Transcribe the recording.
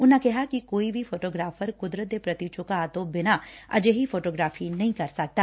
ਉਨਾਂ ਕਿਹਾ ਕਿ ਕੋਈ ਵੀ ਫੋਟੋਗ੍ਰਾਫ਼ਰ ਕੁਦਰਤ ਦੇ ਪ੍ਰਤੀ ਝੁਕਾਅ ਤੋ ਬਿਨਾਂ ਅਜਿਹੀ ਫੋਟੋਗ੍ਰਾਫੀ ਨਹੀ ਕਰ ਸਕਦਾ